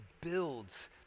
builds